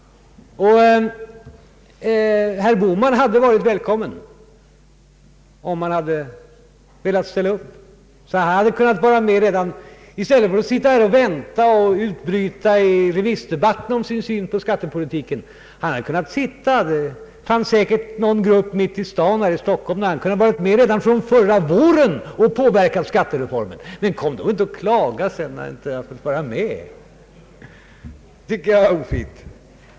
Herr Bohman hade varit välkommen, om han hade velat ställa upp. Han hade kunnat vara med i stället för att sitta här och vänta och utbryta i remissdebatten om sin syn på skattepolitiken. Det fanns säkert någon grupp mitt i staden här i Stockholm, där han hade kunnat vara med redan från förra våren och påverka skattereformen. Men kom sedan inte och klaga, herr Bohman, att Ni inte fått vara med. Det tycker jag är ofint.